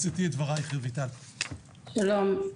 שלום,